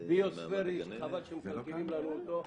ביוספרי שחבל שמקלקלים לנו אותו,